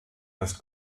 erst